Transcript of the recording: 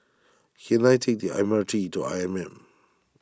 can I take the M R T to I M M